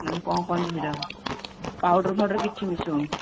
ମାନେ କ'ଣ କହିବି ସେଇଟା ପାଉଡ଼ର୍ ଫାଉଡ଼ର୍ କିଛି ମିଶଉନୁ